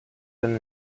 than